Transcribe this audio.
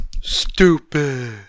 stupid